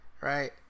Right